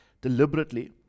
deliberately